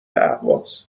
اهواز